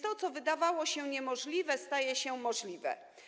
To, co wydawało się niemożliwe, staje się możliwe.